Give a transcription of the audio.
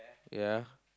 ya